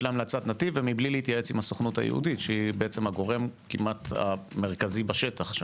ומבלי להתייעץ עם הסוכנות היהודית שהיא הגורם כמעט המרכזי בשטח.